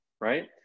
Right